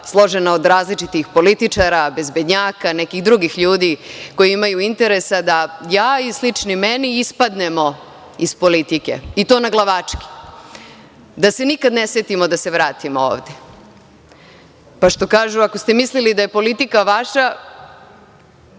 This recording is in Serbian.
složena od različitih političara, bezbednjaka, nekih drugih ljudi koji imaju interes da ja i slični meni ispadnemo iz politike i to naglavačke, da se nikad ne setimo da se vratimo ovde. Što kažu, ako ste mislili da je politika vaša,